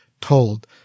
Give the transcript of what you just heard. told